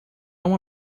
uma